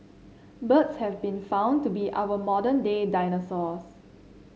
birds have been found to be our modern day dinosaurs